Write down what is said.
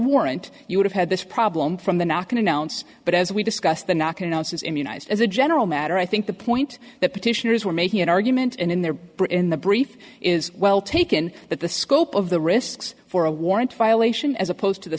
warrant you would have had this problem from the now can announce but as we discussed the knock announces immunised as a general matter i think the point that petitioners were making an argument in there brynn the brief is well taken that the scope of the risks for a warrant violation as opposed to the